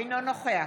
אינו נוכח